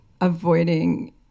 avoiding